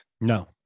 No